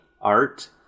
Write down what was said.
art